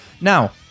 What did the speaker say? Now